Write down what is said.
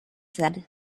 said